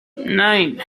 nine